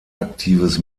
aktives